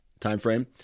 timeframe